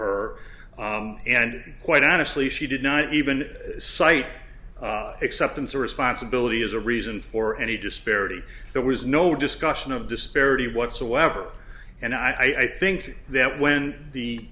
her and quite honestly she did not even cite acceptance or responsibility as a reason for any disparity there was no discussion of disparity whatsoever and i think that when the